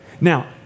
Now